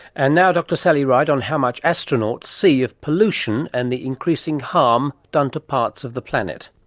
and now dr sally ride on how much astronauts see of pollution and the increasing harm done to parts of the planet.